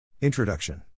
Introduction